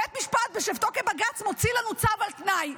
בית משפט בשבתו כבג"ץ מוציא לנו צו על תנאי.